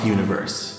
Universe